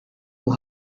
will